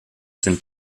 sind